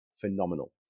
phenomenal